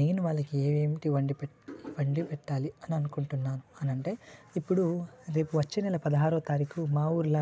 నేను వాళ్ళకి ఏమేమి వండి పెడ వండి పెట్టాలి అని అనుకుంటున్నాను అని అంటే ఇప్పుడు రేపు వచ్చే నెల పదహారవ తారీకు మా ఊరిలో